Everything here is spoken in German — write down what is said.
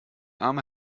arme